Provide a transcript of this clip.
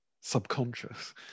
subconscious